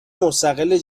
مستقل